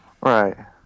Right